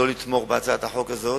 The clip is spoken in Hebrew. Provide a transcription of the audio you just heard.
לא לתמוך בהצעת החוק הזאת.